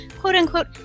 quote-unquote